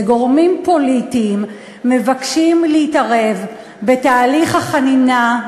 זה גורמים פוליטיים שמבקשים להתערב בתהליך החנינה,